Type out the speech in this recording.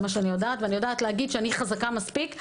ואני יודעת לומר שאני חזקה מספיק.